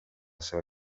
seva